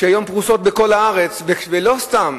שהיום פרוסים בכל הארץ, ולא סתם,